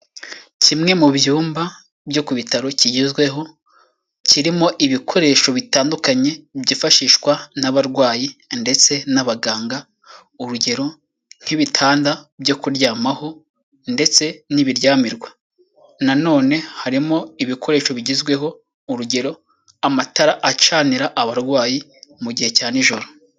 Kimwe mu byumba byo ku bitaro kigezweho kirimo ibikoresho bitandukanye byifashishwa n'abarwayi ndetse n'abaganga. Urugero nk'ibitanda byo kuryamaho ndetse n'ibiryamirwa. Na none harimo ibikoresho bigezweho urugero amatara acanira abarwayi mu gihe cya nijoro.